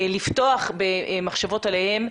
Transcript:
לפתוח במחשבות עליהם,